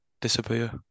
disappear